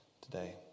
today